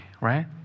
right